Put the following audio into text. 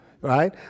Right